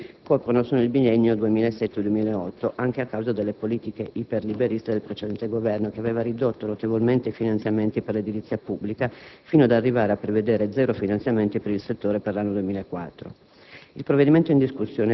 per il quale i finanziamenti coprono solo il biennio 2007-2008, anche a causa delle politiche iperliberiste del precedente Governo, che aveva ridotto notevolmente i finanziamenti per l'edilizia pubblica fino ad arrivare a prevedere zero finanziamenti per il settore per l'anno 2004.